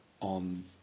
on